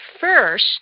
first